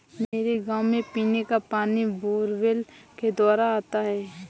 मेरे गांव में पीने का पानी बोरवेल के द्वारा आता है